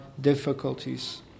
difficulties